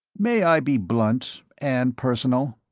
may i be blunt and personal?